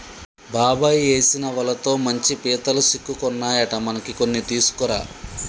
బాబాయ్ ఏసిన వలతో మంచి పీతలు సిక్కుకున్నాయట మనకి కొన్ని తీసుకురా